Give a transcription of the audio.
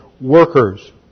workers